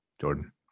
Jordan